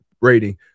rating